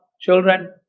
children